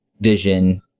Vision